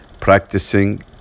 practicing